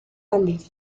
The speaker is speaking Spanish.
andes